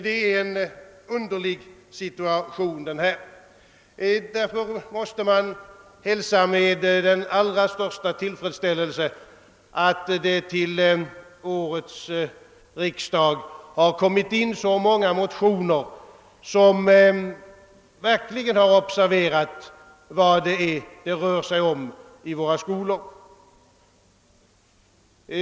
Det är en underlig situation, och därför hälsar jag med den allra största tillfredsställelse att det vid årets riksdag har väckts så många motioner i vilka man uppmärksammat vad som försiggår i våra skolor.